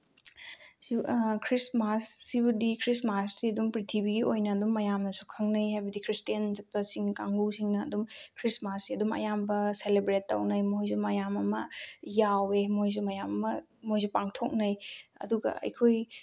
ꯈ꯭ꯔꯤꯁꯃꯥꯁꯁꯤꯕꯨꯗꯤ ꯈ꯭ꯔꯤꯁꯃꯥꯁꯇꯤ ꯑꯗꯨꯝ ꯄ꯭ꯔꯤꯊꯤꯕꯤꯒꯤ ꯑꯣꯏꯅ ꯑꯗꯨꯝ ꯃꯌꯥꯝꯅꯁꯨ ꯈꯪꯅꯩ ꯍꯥꯏꯕꯗꯤ ꯈ꯭ꯔꯤꯁꯇꯦꯟ ꯆꯠꯄꯁꯤꯡ ꯀꯥꯡꯕꯨꯁꯤꯡꯅ ꯑꯗꯨꯝ ꯈ꯭ꯔꯤꯁꯃꯥꯁꯁꯤ ꯑꯗꯨꯝ ꯑꯌꯥꯝꯕ ꯁꯦꯂꯦꯕ꯭ꯔꯦꯠ ꯇꯧꯅꯩ ꯃꯈꯣꯏꯁꯨ ꯃꯌꯥꯝ ꯑꯃ ꯌꯥꯎꯋꯦ ꯃꯣꯏꯁꯨ ꯃꯌꯥꯝ ꯑꯃ ꯃꯣꯏꯁꯨ ꯄꯥꯡꯊꯣꯛꯅꯩ ꯑꯗꯨꯒ ꯑꯩꯈꯣꯏ